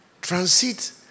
transit